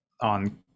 on